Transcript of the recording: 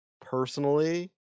Personally